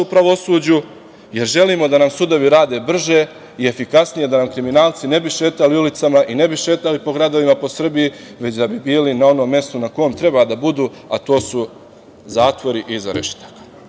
u pravosuđu, jer želimo da nam sudovi rade brže i efikasnije, da nam kriminalci ne bi šetali ulicama i ne bi šetali po gradovima po Srbiji, već da bi bili na onom mestu na kom treba da budu, a to su zatvori i iza rešetaka. Uvek